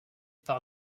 par